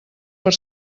per